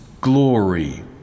glory